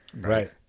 Right